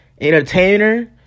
entertainer